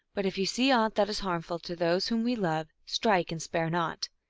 but if you see aught that is harmful to those whom we love, strike, and spare not!